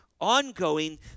ongoing